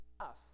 enough